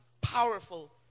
powerful